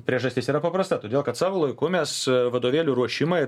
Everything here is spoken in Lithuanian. priežastis yra paprasta todėl kad savu laiku mes vadovėlių ruošimą ir